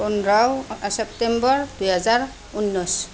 পোন্ধৰ ছেপ্টেম্বৰ দুহেজাৰ ঊনৈছ